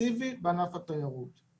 מסיבי בענף התיירות.